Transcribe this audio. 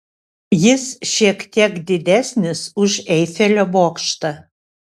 jis šiek tiek didesnis už eifelio bokštą